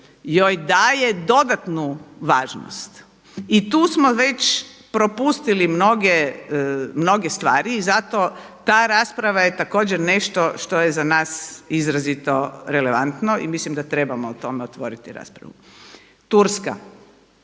joj daje dodatnu važnost. I tu smo već propustili mnoge stvari i zato ta rasprava je također nešto što je za nas izrazito relevantno i mislim da trebamo o tome otvoriti raspravu. Turska.